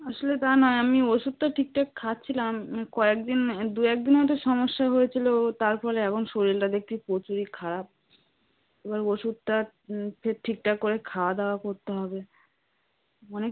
আসলে তা নয় আমি ওষুধটা ঠিকঠাক খাচ্ছিলাম কয়েকদিন দু এক দিন মতো সমস্যা হয়েছিল তার ফলে এখন শরীরটা দেখছি প্রচুরই খারাপ এবার ওষুধটা ফের ঠিকঠাক করে খাওয়াদাওয়া করতে হবে অনেক